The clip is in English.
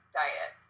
diet